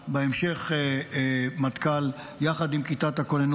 ובהמשך מטכ"ל יחד עם כיתת הכוננות,